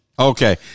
Okay